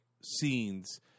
scenes